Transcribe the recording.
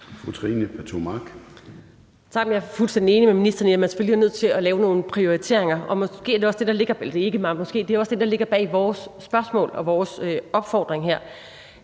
Trine Pertou Mach (EL): Jeg er fuldstændig enig med ministeren i, at man selvfølgelig er nødt til at lave nogle prioriteringer, og det er også det, der ligger bag vores spørgsmål og vores opfordring her,